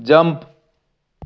jump